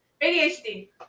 ADHD